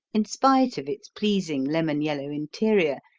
in spite of its pleasing lemon-yellow interior,